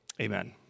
Amen